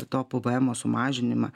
to pvmo sumažinimą